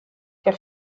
der